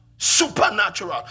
supernatural